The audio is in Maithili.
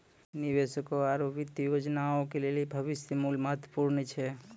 निवेशकों आरु वित्तीय योजनाकारो के लेली भविष्य मुल्य महत्वपूर्ण छै